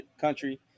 Country